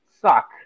suck